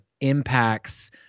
impacts